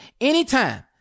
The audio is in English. anytime